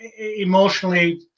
emotionally